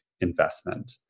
investment